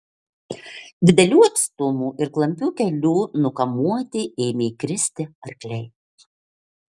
didelių atstumų ir klampių kelių nukamuoti ėmė kristi arkliai